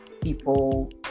People